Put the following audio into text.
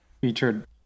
featured